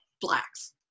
Blacks